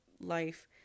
life